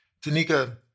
Tanika